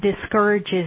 discourages